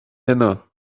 heno